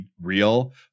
real